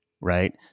right